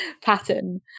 pattern